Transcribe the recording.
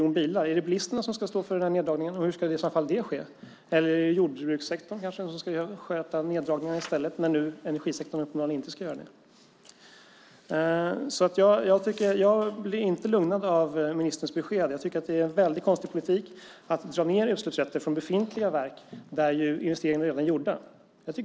Då är frågan: Är det bilisterna som ska stå för neddragningen och hur ska i så fall det ske? Eller är det kanske jordbrukssektorn som ska sköta neddragningarna i stället, när nu energisektorn uppenbarligen inte ska göra det. Jag blir inte lugnad av ministerns besked. Jag tycker att det är en väldigt konstig politik att dra ned utsläppsrätter för befintliga verk, där investeringar redan är gjorda.